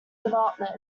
development